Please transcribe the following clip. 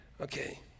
Okay